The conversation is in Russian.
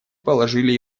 положили